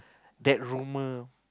that rumor